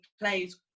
plays